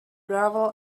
gravel